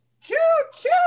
Choo-choo